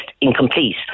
incomplete